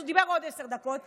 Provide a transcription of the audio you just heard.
אז הוא דיבר עוד עשר דקות.